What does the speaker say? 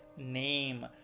Name